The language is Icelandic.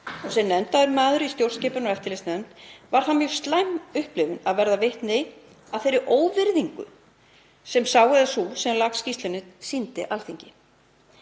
Sem nefndarmaður í stjórnskipunar- og eftirlitsnefnd var það mjög slæm upplifun að verða vitni að þeirri óvirðingu sem sá eða sú sem lak skýrslunni sýndi Alþingi.